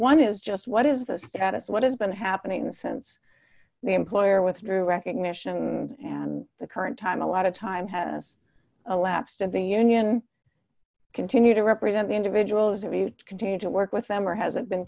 one is just what is the status what has been happening since the employer withdrew recognition and the current time a lot of time has elapsed since the union continue to represent the individuals if you continue to work with them or hasn't been